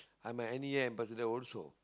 I'm a n_e_a ambassador also